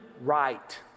right